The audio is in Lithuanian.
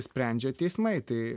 sprendžia teismai tai